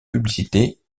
publicité